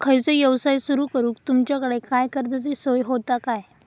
खयचो यवसाय सुरू करूक तुमच्याकडे काय कर्जाची सोय होता काय?